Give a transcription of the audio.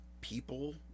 people